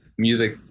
music